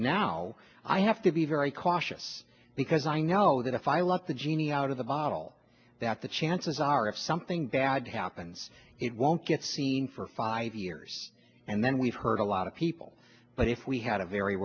now i have to be very cautious because i know that if i let the genie out of the bottle that the chances are if something bad happens it won't get seen for five years and then we've heard a lot of people but if we had a very